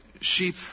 Sheep